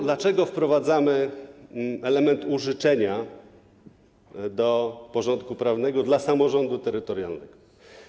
Dlaczego wprowadzamy element użyczenia do porządku prawnego dla samorządu terytorialnego?